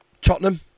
Tottenham